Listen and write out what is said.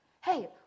hey